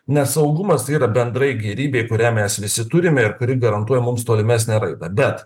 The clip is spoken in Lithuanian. nes saugumas tai yra bendrai gėrybė kurią mes visi turime ir kuri garantuoja mums tolimesnę raidą bet